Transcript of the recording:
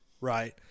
right